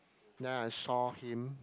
then I saw him